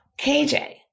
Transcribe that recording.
KJ